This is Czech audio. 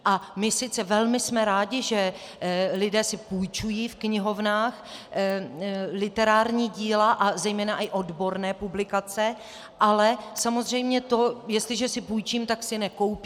A my sice velmi jsme rádi, že si lidé půjčují v knihovnách literární díla a zejména i odborné publikace, ale samozřejmě jestliže si půjčím, tak si nekoupím.